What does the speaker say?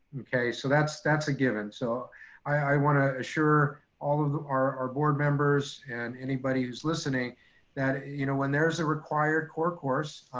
okay? so that's that's a given. so i wanna assure all of our our board members and anybody who's listening that you know when there's a required core course,